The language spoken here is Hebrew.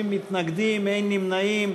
30 מתנגדים, אין נמנעים.